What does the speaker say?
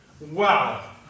wow